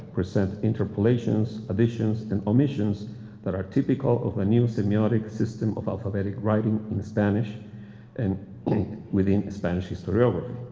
present interpolations, additions, and omissions that are typical of a new symbiotic system of alphabetic writing in spanish and within a spanish historiography.